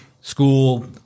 school